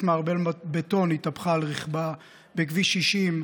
מערבל בטון התהפכה על רכבה בכביש 60,